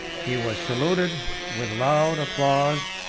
he was saluted with loud applause,